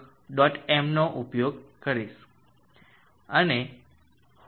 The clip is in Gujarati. mનો ઉપયોગ કરીશ